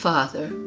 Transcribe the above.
Father